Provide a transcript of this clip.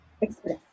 express